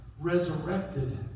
resurrected